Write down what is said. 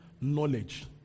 knowledge